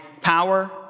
power